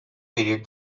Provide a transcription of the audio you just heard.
period